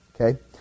okay